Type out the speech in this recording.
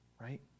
right